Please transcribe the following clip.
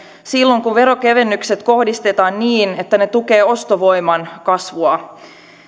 silloin kun veronkevennykset kohdistetaan niin että ne tukevat ostovoiman kasvua